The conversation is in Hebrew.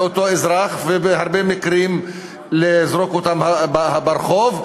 אותו אזרח ובהרבה מקרים לזרוק אותו לרחוב,